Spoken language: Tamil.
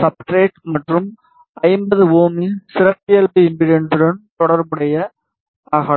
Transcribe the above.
சப்ஸ்ட்ரட் மற்றும் 50 இன் சிறப்பியல்பு இம்பண்டன்ஸுடன் தொடர்புடைய அகலம்